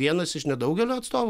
vienas iš nedaugelio atstovų